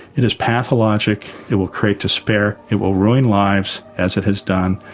it is pathalogic, it will create despair, it will ruin lives, as it has done.